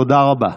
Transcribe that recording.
תודה רבה.